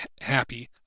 happy